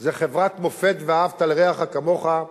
זה חברת מופת של "ואהבת לרעך כמוך".